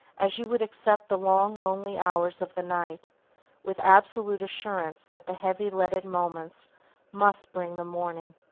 as you would accept the long, lonely hours of the night with absolute assurance that the heavy-leaded moments must bring the morning.